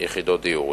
יחידות דיור.